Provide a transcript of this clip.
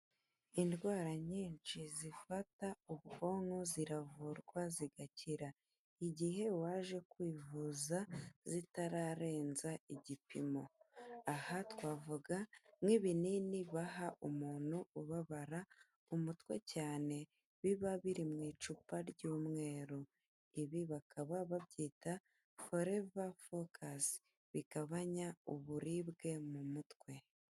Indwara nyinshi zifata ubwonko ziravurwa zigakira igihe uwaje kwivuza zitararenza igipimo. Aha twavuga nk'ibinini baha umuntu ubabara umutwe cyane biba biri mu icupa ry'umweru. Ibi bakaba babyita forever focus bigabanya uburibwe mu mutwe.